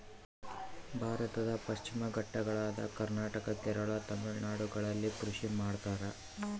ಭಾರತದ ಪಶ್ಚಿಮ ಘಟ್ಟಗಳಾದ ಕರ್ನಾಟಕ, ಕೇರಳ, ತಮಿಳುನಾಡುಗಳಲ್ಲಿ ಕೃಷಿ ಮಾಡ್ತಾರ?